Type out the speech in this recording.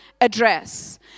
address